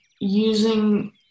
using